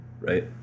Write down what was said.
right